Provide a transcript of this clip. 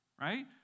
right